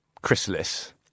chrysalis